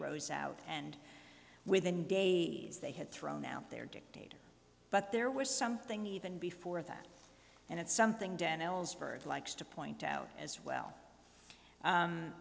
rose out and within days they had thrown out their dictator but there was something even before that and it's something dan ellsberg likes to point out as well